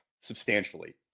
substantially